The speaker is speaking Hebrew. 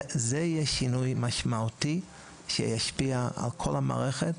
זה יהיה שינוי משמעותי שישפיע על כל המערכת